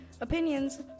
opinions